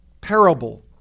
parable